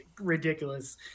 ridiculous